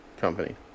company